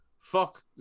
Fuck